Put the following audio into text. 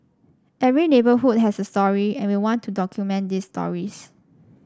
every neighbourhood has a story and we want to document these stories